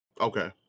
Okay